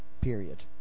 period